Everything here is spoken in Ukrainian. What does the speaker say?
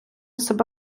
себе